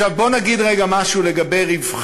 בואו נגיד רגע משהו על רווחי,